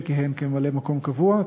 שכיהן כממלא-מקום קבוע,